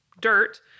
dirt